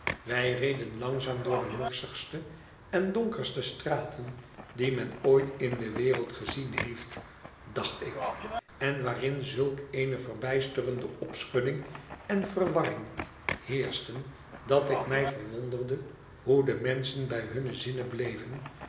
wij reden langzaam door de morsigste en donkerste straten die men ooit in de wereld gezien heeft dacht ik en waarin zulk eene verbijsterende opschudding en verwarring heerschten dat ik mij verwonderde hoe de menschen bij hunne zinnen bleven